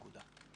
נקודה.